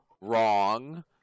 wrong